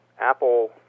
Apple